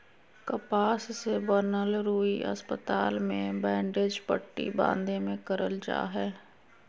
कपास से बनल रुई अस्पताल मे बैंडेज पट्टी बाँधे मे करल जा हय